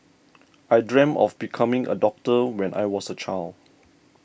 I dreamt of becoming a doctor when I was a child